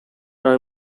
are